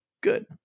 good